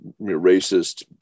racist